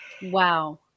Wow